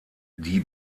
die